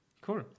Cool